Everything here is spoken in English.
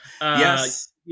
yes